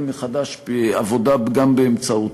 אולי מקום לשקול מחדש עבודה גם באמצעותו,